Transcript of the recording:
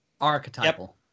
Archetypal